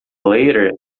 later